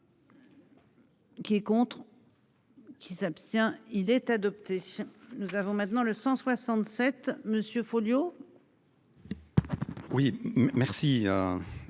Qui est contre. Qui s'abstient. Il est adopté. Nous avons maintenant le 167 monsieur Folliot. Oui merci.